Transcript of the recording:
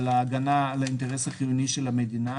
בין ההגנה על האינטרס החיוני של המדינה,